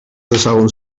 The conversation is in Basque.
dezagun